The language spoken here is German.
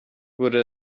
wurde